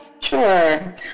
Sure